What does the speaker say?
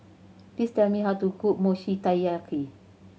please tell me how to cook Mochi Taiyaki